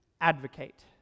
advocate